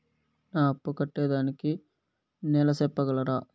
నా అప్పు కట్టేదానికి నెల సెప్పగలరా?